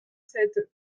sept